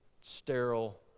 sterile